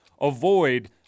avoid